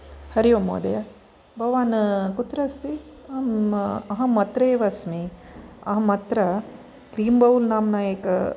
हरि ओम् महोदय भवान् कुत्र अस्ति अहम् अहम् अत्रैव अस्मि अहम् अत्र क्रीम्बौल् नाम्ना एकम्